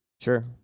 Sure